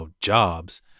jobs